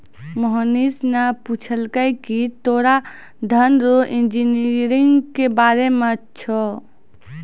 मोहनीश ने पूछलकै की तोरा धन रो इंजीनियरिंग के बारे मे छौं?